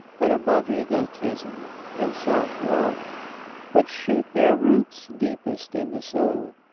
but above egotism and self-love, which shoot their roots deepest in the soul.